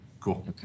Cool